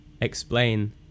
explain